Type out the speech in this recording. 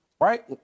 Right